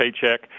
paycheck